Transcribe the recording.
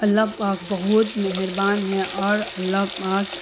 اللہ پاک بہت مہربان ہیں اور اللہ پاک